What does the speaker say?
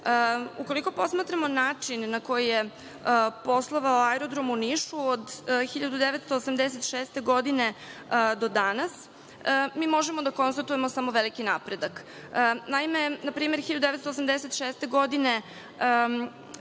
opreme. Ukoliko posmatramo način na koji je poslovao aerodrom u Nišu od 1986. godine do danas, mi možemo da konstatujemo samo veliki napredak. Naime, 1986. godine